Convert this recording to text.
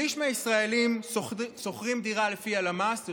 שליש מהישראלים שוכרים דירה לפי הלמ"ס,